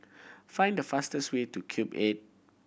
find the fastest way to Cube Eight